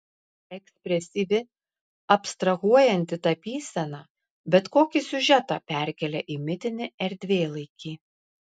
ekspresyvi abstrahuojanti tapysena bet kokį siužetą perkelia į mitinį erdvėlaikį